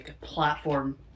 platform